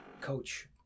coach